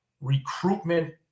Recruitment